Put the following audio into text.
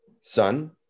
son